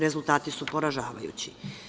Rezultati su poražavajući.